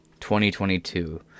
2022